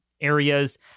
areas